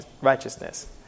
righteousness